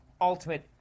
ultimate